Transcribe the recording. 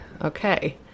Okay